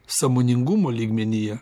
sąmoningumo lygmenyje